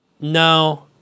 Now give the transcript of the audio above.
No